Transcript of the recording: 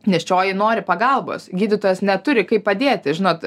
nėščioji nori pagalbos gydytojas neturi kaip padėti žinot